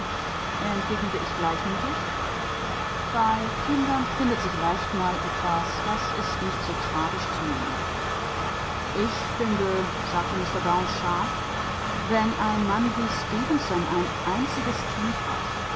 entgegnete ich gleichmütig bei kindern findet sich leicht mal etwas das ist nicht so tragisch zu nehmen ich finde sagte mister brown scharf wenn ein mann wie stefenson ein einziges kind hat